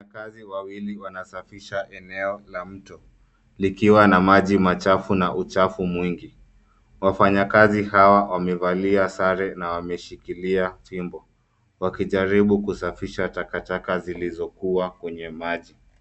Wafanyakazi wawili wanasafisha eneo la mto, likiwa na maji machafu, na uchafu mwingi, wafanyakazi hawa wamevalia sare, na wameshikilia, fimbo, wakijaribu kusafisha takataka zilizokuwa kwenye maji.